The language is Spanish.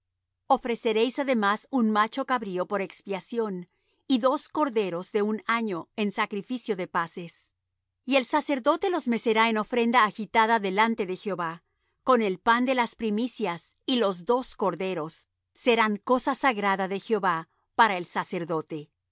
ofreceréis además un macho de cabrío por expiación y dos corderos de un año en sacrificio de paces y el sacerdote los mecerá en ofrenda agitada delante de jehová con el pan de las primicias y los dos corderos serán cosa sagrada de jehová para el sacerdote